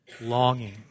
longing